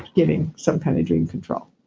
getting some kind of dream control.